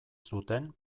zuten